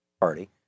Party